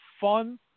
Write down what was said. fun